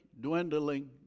dwindling